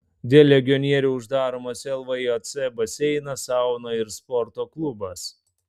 dėl legionelių uždaromas lvjc baseinas sauna ir sporto klubas